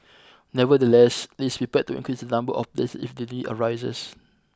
nevertheless it is prepared to increase the number of places if the need arises